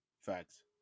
Facts